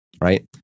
right